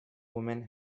woman